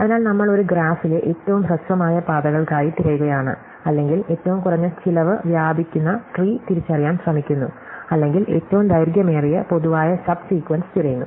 അതിനാൽ നമ്മൾ ഒരു ഗ്രാഫിലെ ഏറ്റവും ഹ്രസ്വമായ പാതകൾക്കായി തിരയുകയാണ് അല്ലെങ്കിൽ ഏറ്റവും കുറഞ്ഞ ചിലവ് വ്യാപിക്കുന്ന ട്രീ തിരിച്ചറിയാൻ ശ്രമിക്കുന്നു അല്ലെങ്കിൽ ഏറ്റവും ദൈർഘ്യമേറിയ പൊതുവായ സബ് സീക്വെൻസ് തിരയുന്നു